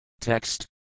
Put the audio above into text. Text